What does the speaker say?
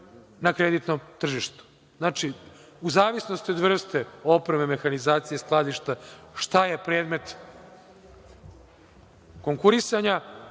na kreditnom tržištu. Znači, u zavisnosti od vrste opreme, mehanizacije, skladišta, šta je predmet konkurisanja.